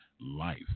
Life